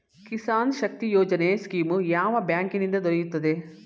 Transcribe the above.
ಕಿಸಾನ್ ಶಕ್ತಿ ಯೋಜನೆ ಸ್ಕೀಮು ಯಾವ ಬ್ಯಾಂಕಿನಿಂದ ದೊರೆಯುತ್ತದೆ?